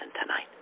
tonight